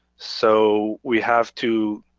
so we have to,